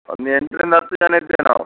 ಒಂದು ಎಂಟರಿಂದ ಹತ್ತು ಜನ ಇದ್ದೇವೆ ನಾವು